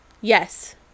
Yes